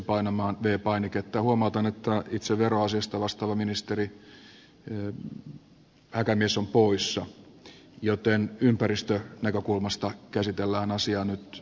huomautan että itse veroasiasta vastaava ministeri häkämies on poissa joten ympäristönäkökulmasta käsitellään asiaa nyt jonkun aikaa